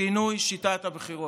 שינוי שיטת הבחירות.